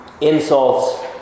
Insults